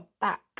back